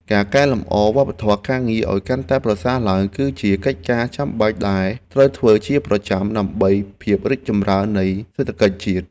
ការកែលម្អវប្បធម៌ការងារឱ្យកាន់តែប្រសើរឡើង គឺជាកិច្ចការចាំបាច់ដែលត្រូវធ្វើជាប្រចាំដើម្បីភាពរីកចម្រើននៃសេដ្ឋកិច្ចជាតិ។